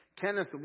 Kenneth